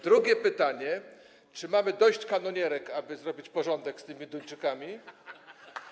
Drugie pytanie: Czy mamy dość kanonierek, aby zrobić porządek z tymi Duńczykami?